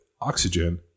oxygen